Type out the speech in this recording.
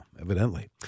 evidently